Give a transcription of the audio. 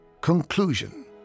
Conclusion